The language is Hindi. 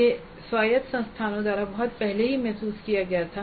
यह स्वायत्त संस्थानों द्वारा बहुत पहले ही महसूस किया गया था